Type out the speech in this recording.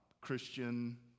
Christian